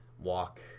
walk